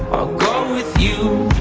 go with you.